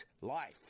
Life